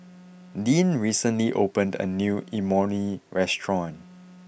Deeann recently opened a new Imoni restaurant